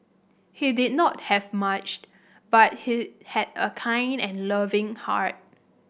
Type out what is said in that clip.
he did not have much but he had a kind and loving heart